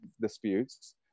disputes